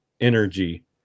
energy